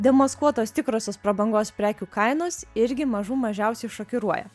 demaskuotos tikrosios prabangos prekių kainos irgi mažų mažiausiai šokiruoja